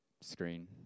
screen